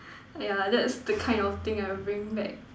ya that's the kind of thing I will bring back